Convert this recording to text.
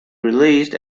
released